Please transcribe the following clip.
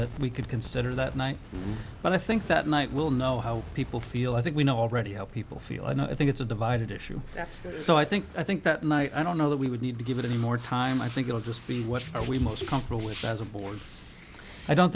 that we could consider that night but i think that night will know how people feel i think we know already how people feel and i think it's a divided issue so i think i think that my i don't know that we would need to give it any more time i think it'll just be what we most accomplish as a board i don't